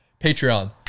Patreon